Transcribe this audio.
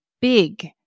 big